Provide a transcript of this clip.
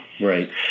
Right